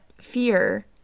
fear